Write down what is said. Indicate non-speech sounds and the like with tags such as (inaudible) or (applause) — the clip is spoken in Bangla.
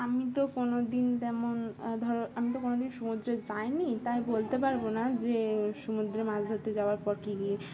আমি তো কোনো দিন তেমন ধরো আমি তো কোনো দিন সমুদ্রে যাইনি তাই বলতে পারবো না যে সমুদ্রে মাছ ধরতে যাওয়ার পর (unintelligible)